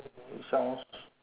sounds